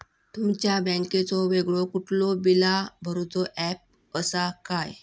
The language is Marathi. तुमच्या बँकेचो वेगळो कुठलो बिला भरूचो ऍप असा काय?